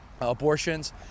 abortions